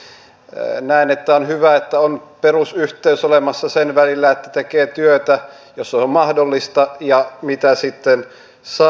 näen että on hyvä että on perusyhteys olemassa sen välillä että tekee työtä jos on mahdollista ja sen mitä sitten saa